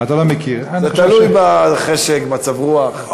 זה תלוי בחשק, במצב הרוח.